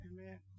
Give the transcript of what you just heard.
Amen